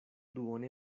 duone